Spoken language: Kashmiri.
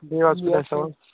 بِہِو حظ خۄدایَس سوال